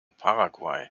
paraguay